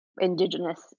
indigenous